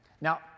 Now